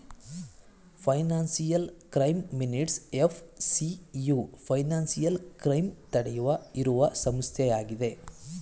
financial crime minutes FCU financial crime ತಡೆಯುವ ಇರುವ ಸಂಸ್ಥೆಯಾಗಿದೆ